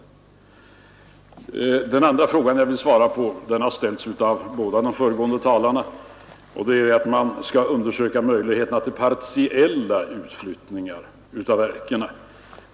Den andra frågan som jag vill svara på har ställts av båda de föregående talarna och gäller undersökning av möjligheterna till partiella utflyttningar av verken.